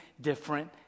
different